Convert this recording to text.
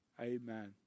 Amen